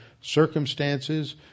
circumstances